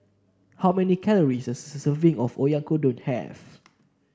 how many calories does a serving of Oyakodon have